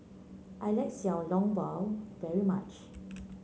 I like Xiao Long Bao very much